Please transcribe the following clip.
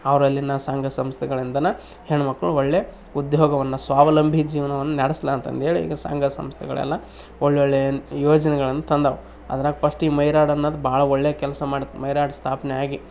ಅವರಲ್ಲಿಯ ಸಂಘ ಸಂಸ್ಥೆಗಳಿಂದಲೇ ಹೆಣ್ಮಕ್ಳು ಒಳ್ಳೆ ಉದ್ಯೋಗವನ್ನು ಸ್ವಾವಲಂಬಿ ಜೀವನವನ್ನು ನಡೆಸ್ಲಿ ಅಂತಂಥೇಳಿ ಈ ಸಂಘ ಸಂಸ್ಥೆಗಳೆಲ್ಲ ಒಳ್ಳೊಳ್ಳೆ ಯೋಜನೆಗಳನ್ನು ತಂದಿವೆ ಅದ್ರಾಗೆ ಫಸ್ಟ್ ಈ ಮೈರಾಡ್ ಅನ್ನೋದು ಭಾಳ ಒಳ್ಳೆ ಕೆಲಸ ಮಾಡ್ತಾ ಮೈರಾಡ್ ಸ್ಥಾಪನೆ ಆಗಿ